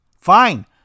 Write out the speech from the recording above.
fine